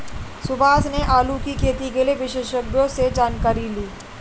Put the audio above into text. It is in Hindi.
सुभाष ने आलू की खेती के लिए विशेषज्ञों से जानकारी ली